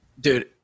dude